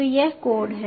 तो यह कोड है